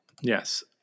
Yes